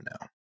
now